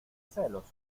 celos